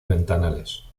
ventanales